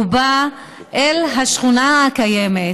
הגן הלאומי בא אל השכונה הקיימת,